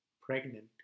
pregnant